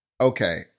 okay